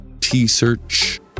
t-search